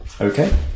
Okay